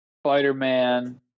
Spider-Man